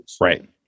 Right